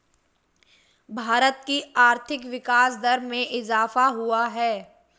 भारत की आर्थिक विकास दर में इजाफ़ा हुआ है